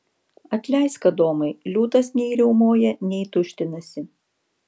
atleisk adomai liūtas nei riaumoja nei tuštinasi